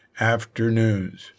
afternoons